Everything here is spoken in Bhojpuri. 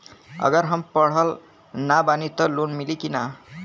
अगर हम पढ़ल ना बानी त लोन मिली कि ना?